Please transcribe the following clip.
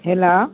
hello